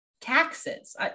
taxes